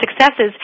successes